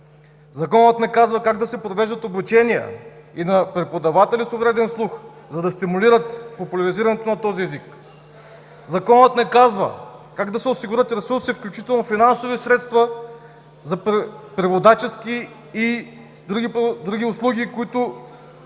Законът не казва как да се провеждат обучения и на преподаватели с увреден слух, за да стимулират популяризирането на този език. Законът не казва как да се осигурят ресурси, включително финансови средства, за преводачески и други услуги, които